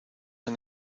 han